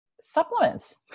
supplements